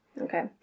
Okay